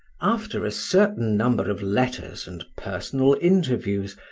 after a certain number of letters and personal interviews,